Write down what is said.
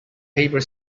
paper